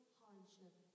hardship